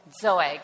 Zoe